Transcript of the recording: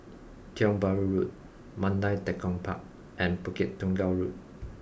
Tiong Bahru Road Mandai Tekong Park and Bukit Tunggal Road